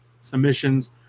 submissions